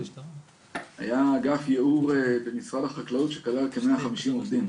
היה אגף ייעור במשרד החקלאות שכלל כ-150 עובדים.